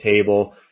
table